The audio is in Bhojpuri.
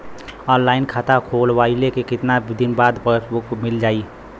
ऑनलाइन खाता खोलवईले के कितना दिन बाद पासबुक मील जाई?